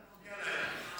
אין מונדיאל היום.